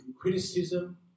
criticism